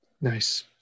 Nice